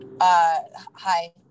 hi